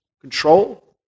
control